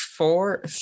Four